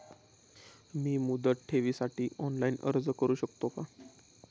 मी मुदत ठेवीसाठी ऑनलाइन अर्ज करू शकतो का?